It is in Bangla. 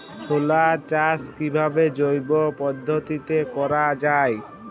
ছোলা চাষ কিভাবে জৈব পদ্ধতিতে করা যায়?